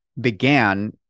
began